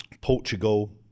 Portugal